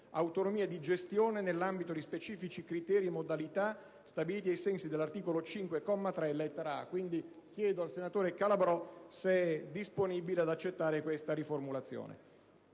autonomia di gestione nell'ambito di specifici criteri e modalità stabiliti ai sensi dell'articolo 5, comma 3, lettera *a)*»*.* Chiedo quindi al senatore Calabrò se è disponibile ad accettare questa riformulazione.